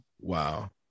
Wow